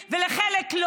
לסיים.